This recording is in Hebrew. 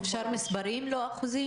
אפשר במספרים ולא באחוזים?